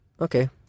Okay